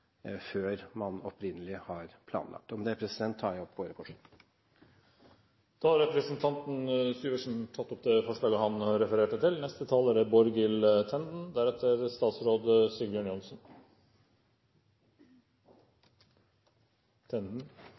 før man opprinnelig har planlagt. Med det tar jeg opp vårt forslag. Representanten Hans Olav Syversen har tatt opp det forslaget han refererte til. Jeg har bare noen korte refleksjoner, for dagen i dag er